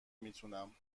میتونم